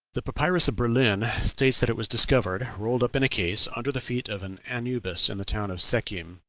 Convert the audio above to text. the papyrus of berlin states that it was discovered, rolled up in a case, under the feet of an anubis in the town of sekhem,